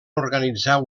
organitzar